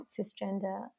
cisgender